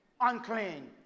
unclean